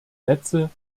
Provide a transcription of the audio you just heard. netze